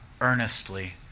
earnestly